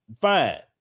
fine